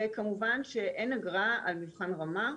וכמובן שאין אגרה על מבחן רמה,